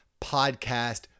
podcast